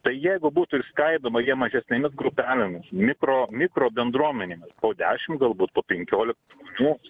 tai jeigu būtų išskaidoma jie mažesnėmis grupelėmis mikro mikro bendruomenėmis po dešim galbūt po penkiolika žmonių